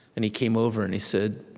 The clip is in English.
and he came over, and he said,